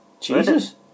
Jesus